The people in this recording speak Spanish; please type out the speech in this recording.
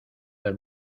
del